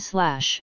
Slash